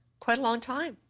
quite a long time.